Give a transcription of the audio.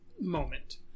moment